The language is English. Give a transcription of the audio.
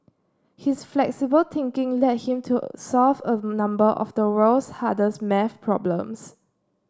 his flexible thinking led him to solve a number of the world's hardest math problems